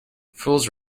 fools